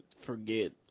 forget